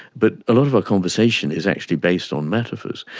but a lot of our conversation is actually based on metaphors.